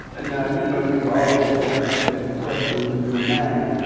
and now, you know you've already answered that question in your mind.